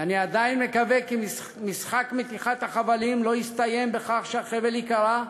ואני עדיין מקווה כי משחק מתיחת החבלים לא יסתיים בכך שהחבל ייקרע,